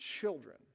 children